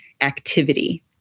activity